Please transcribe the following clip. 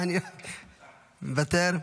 מוותר.